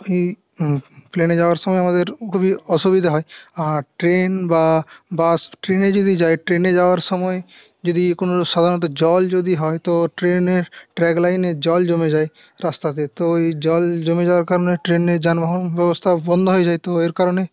ওই প্লেনে যাওয়ার সময় আমাদের খুবই অসুবিধা হয় আর ট্রেন বা বাস ট্রেনে যদি যাই ট্রেনে যাওয়ার সময় যদি কোনো সাধারণত জল যদি হয় তো ট্রেনের ট্র্যাক লাইনে জল জমে যায় রাস্তাতে তো ওই জল জমে যাওয়ার কারণে ট্রেনে যানবাহন ব্যবস্থা বন্ধ হয়ে যায় তো এর কারণে